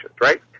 right